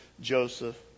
Joseph